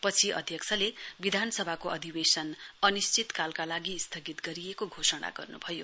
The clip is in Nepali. पछि अध्यक्षले विधानसभाको अधिवेशन अनिश्चितकालका लागि स्थागित गरिएको घोषणा गर्नुभयो